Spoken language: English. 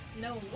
No